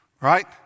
right